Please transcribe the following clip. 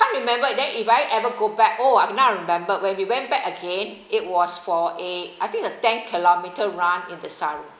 can't remember that if I ever go back oh now I remember when we went back again it was for a I think the ten kilometer run in desaru